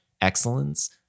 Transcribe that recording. excellence